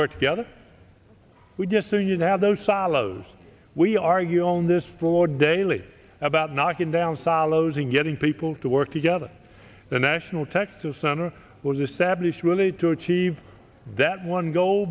work together we just know you have those silos we argue on this for daily about knocking down silos and getting people to work together the national texas center was established really to achieve that one goal